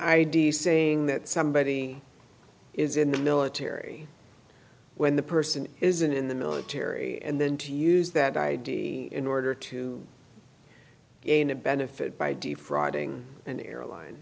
id saying that somebody is in the military when the person isn't in the military and then to use that i d in order to gain a benefit by de fraud ing an airline